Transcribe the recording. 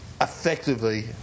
effectively